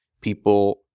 people